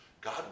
God